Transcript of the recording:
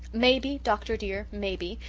maybe, doctor dear maybe!